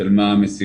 של מה המשימות,